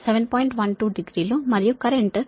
12 degree లు మరియు current minus 30